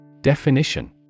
Definition